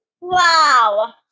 Wow